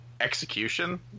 execution